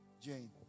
Jane